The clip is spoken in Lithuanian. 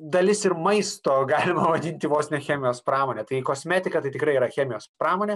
dalis ir maisto galima vadinti vos ne chemijos pramone tai kosmetika tai tikrai yra chemijos pramonė